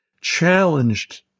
challenged